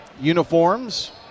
uniforms